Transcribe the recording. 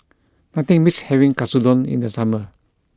nothing beats having Katsudon in the summer